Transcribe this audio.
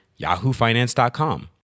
yahoofinance.com